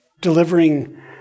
delivering